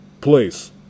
Please